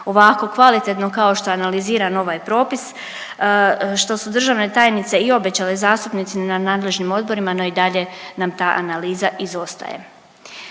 ovako kvalitetno kao što je analiziran ovaj propis, što su državne tajnice i obećale zastupnicima na nadležnim odborima no i dalje nam ta analiza izostaje.